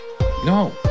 No